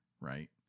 right